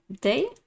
Day